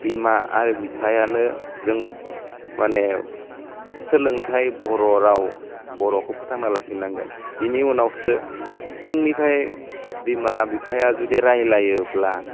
बिमा आरो बिफायानो जों माने सोलोंथाइ बर' राव बर'खौ फोथांना लाखिनांगोन बिनि उनावसो जोंनिफ्राय बिमा बिफाया जुदि रायलाइयोब्ला